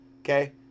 okay